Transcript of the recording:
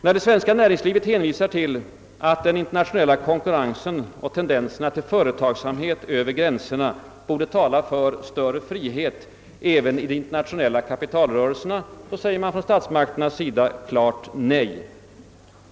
När det svenska näringslivet hänvisar till att den internationella konkurrensen och tendenserna till företagsamhet över gränserna borde tala för större frihet även i de internationella kapitalrörlserna säger man från statsmakternas sida bestämt nej.